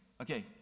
okay